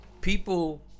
people